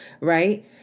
right